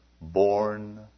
born